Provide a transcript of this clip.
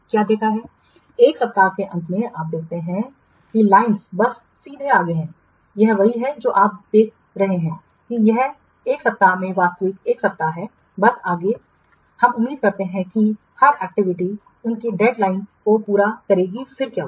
1 सप्ताह के अंत में आप देखते हैंलायंस बस सीधे आगे हैं यह वही है जो यह देख रहा है कि यह 1 सप्ताह में वास्तविक 1 सप्ताह है बस सीधे आगे हम उम्मीद करते हैं कि हर एक्टिविटी उनकी डेड लाइन को पूरा करेगी फिर क्या हुआ